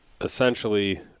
essentially